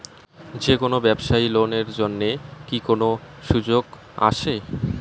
যে কোনো ব্যবসায়ী লোন এর জন্যে কি কোনো সুযোগ আসে?